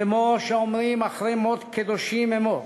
כמו שאומרים, "אחרי מות קדושים אמור",